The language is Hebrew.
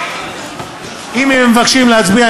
אם הם מבקשים להצביע,